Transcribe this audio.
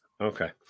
Okay